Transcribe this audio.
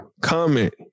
comment